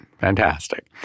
Fantastic